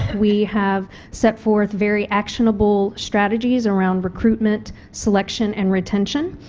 we have set forth very actionable strategies around recruitment, selection, and retention.